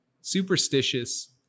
superstitious